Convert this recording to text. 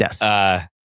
Yes